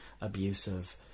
abusive